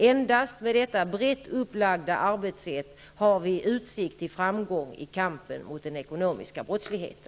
Endast med detta brett upplagda arbetssätt har vi utsikt till framgång i kampen mot den ekonomiska brottsligheten.